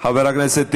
חבר הכנסת טיבי,